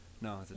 No